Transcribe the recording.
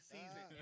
season